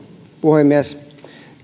puhemies